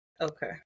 Okay